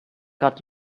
got